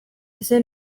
ese